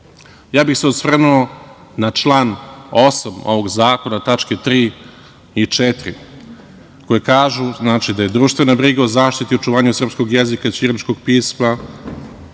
ja bih se osvrnuo na član 8. ovog zakona, tač. 3) i 4), koje kažu da je društvena briga o zaštiti i očuvanju srpskog jezika i ćiriličkog pisma,